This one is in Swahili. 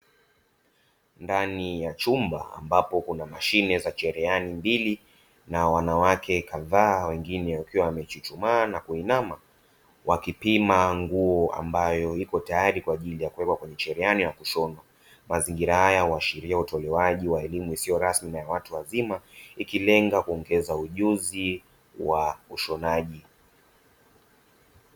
Ndani ya chumba ambapo kuna mashine za cherehani mbili na wanawake kadhaa wakiwa wame chuchumaa na kuinama wakipima nguo ambayo iko tayari kwa ajili ya kuwekwa kwenye cherehani na kushonwa. Mazingira haya uashiria utolewaji, wa elimu isiyo rasmi na watu wazima, ikilenga kuongeza ujuzi wa ushonaji.